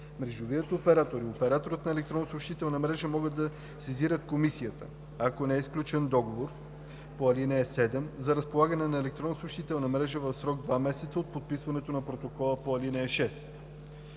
Мрежовият оператор и операторът на електронна съобщителна мрежа могат да сезират Комисията, ако не е сключен договор по ал. 7 за разполагане на електронна съобщителна мрежа в срок два месеца от подписването на протокола по ал. 6.